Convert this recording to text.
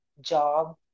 job